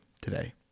today